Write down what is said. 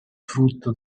frutto